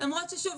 למרות ששוב,